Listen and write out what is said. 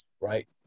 Right